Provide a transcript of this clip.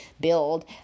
build